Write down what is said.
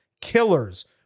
killers